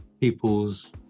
people's